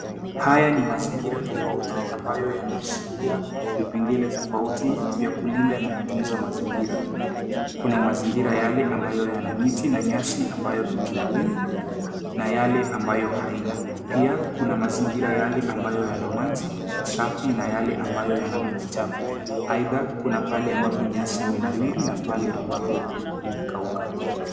Haya ni mazingira tofauti ambayo yanaashiria vipengele tofauti vya kulinda na kutunza mazingira. Kuna mazingira yake ambayo yana miti na nyasi ambayo imenawiri na yale ambayo haina. Pia kuna mazingira yale ambayo yana maji safi na yale ambayo yana maji safi. Aidha, kuna pale ambapo nyasi imenawiri na pale ambapo imekauka.